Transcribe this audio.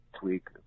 tweak